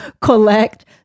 collect